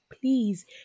please